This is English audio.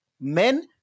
men